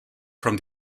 from